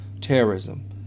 terrorism